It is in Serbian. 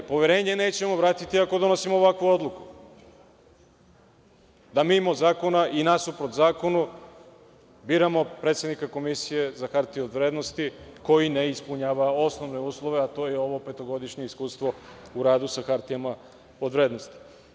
Poverenje nećemo vratiti ako donosimo ovakvu odluku, da mimo zakona i nasuprot zakonu biramo predsednika Komisije za hartije od vrednosti koji ne ispunjava osnovne uslove, a to je ovo petogodišnje iskustvo u radu sa hartijama od vrednosti.